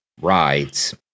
rides